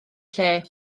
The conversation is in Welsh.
lle